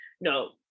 no